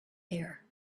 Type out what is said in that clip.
here